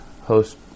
host